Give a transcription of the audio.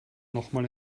nochmal